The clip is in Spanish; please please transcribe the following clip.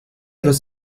los